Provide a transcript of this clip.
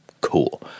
cool